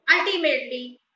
Ultimately